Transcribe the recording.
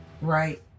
Right